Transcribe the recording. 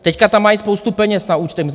Teď tam mají spoustu peněz na účtech.